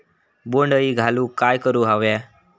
बोंड अळी घालवूक काय करू व्हया?